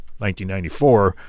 1994